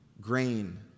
grain